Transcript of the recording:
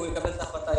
והוא יקבל את ההחלטה.